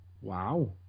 Wow